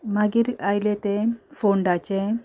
मागीर आयलें तें फोंडाचें